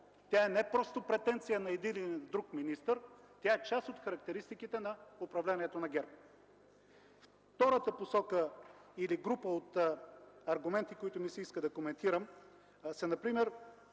Тя е не просто претенция на един или друг министър, тя е част от характеристиките на управлението на ГЕРБ. Втората посока или група от аргументи, които ми се иска да коментирам, са например